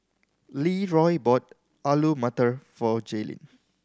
Leeroy bought Alu Matar for Jaelyn